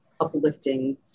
uplifting